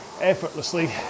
effortlessly